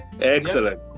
Excellent